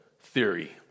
theory